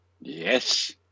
Yes